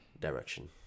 direction